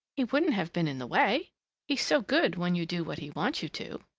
he wouldn't have been in the way he's so good when you do what he wants you to.